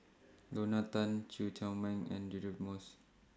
Lorna Tan Chew Chor Meng and Deirdre Moss